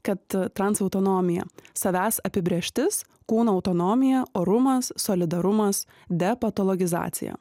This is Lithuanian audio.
kad trans autonomija savęs apibrėžtis kūno autonomija orumas solidarumas depatalogizacija